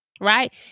Right